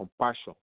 compassion